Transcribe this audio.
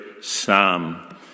Psalm